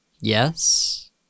Yes